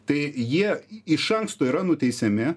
tai jie iš anksto yra nuteisiami